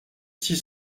six